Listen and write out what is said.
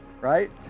right